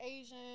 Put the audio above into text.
Asian